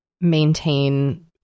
maintain